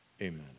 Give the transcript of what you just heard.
amen